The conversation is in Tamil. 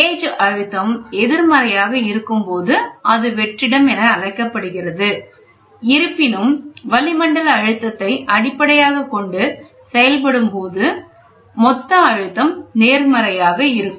கேஜ் அழுத்தம் எதிர்மறையாக இருக்கும்போது அது வெற்றிடம் என அழைக்கப்படுகிறது இருப்பினும் வளிமண்டல அழுத்தத்தை அடிப்படையாக கொண்டு செயல்படும் பொழுது மொத்த அழுத்தம் நேர்மறையாக இருக்கும்